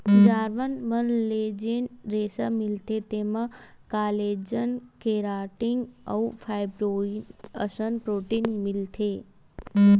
जानवर मन ले जेन रेसा मिलथे तेमा कोलेजन, केराटिन अउ फाइब्रोइन असन प्रोटीन मिलथे